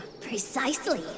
Precisely